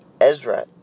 Ezra